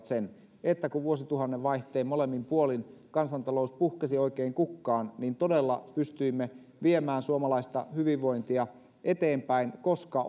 sen että kun vuosituhanteen vaihteen molemmin puolin kansantalous puhkesi oikein kukkaan niin todella pystyimme viemään suomalaista hyvinvointia eteenpäin koska